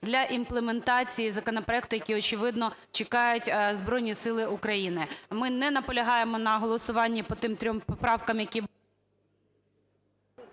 для імплементації законопроекту, які, очевидно, чекають Збройні Сили України. Ми не наполягаємо на голосуванні по тим трьом поправкам, які...